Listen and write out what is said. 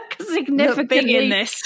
significantly